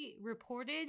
reported